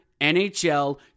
NHL